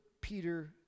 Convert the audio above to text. Peter